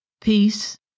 peace